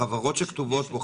החברות שכתובות פה,